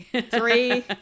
Three